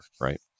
right